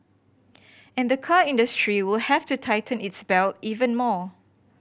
and the car industry will have to tighten its belt even more